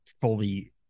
fully